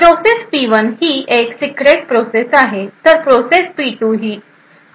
process P 1 ही एक secret process आहे तर प्रोसेस पी 2 ही अनक्लासिफाईड प्रोसेस असू शकते